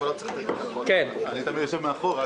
אני תמיד יושב מאחור.